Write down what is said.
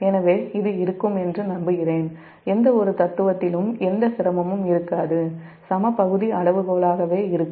எனவே இது இருக்கும் என்று நம்புகிறேன் எந்தவொரு தத்துவத்திலும் எந்த சிரமமும் இருக்காது சம பகுதி அளவுகோலாகவே இருக்கும்